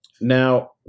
Now